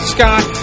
Scott